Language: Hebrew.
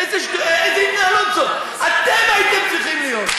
איך אתה משווה בכלל?